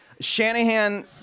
shanahan